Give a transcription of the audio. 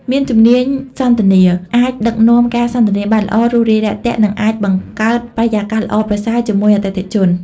មានជំនាញសន្ទនា អាចដឹកនាំការសន្ទនាបានល្អ រួសរាយរាក់ទាក់ និងអាចបង្កើតបរិយាកាសល្អប្រសើរជាមួយអតិថិជន។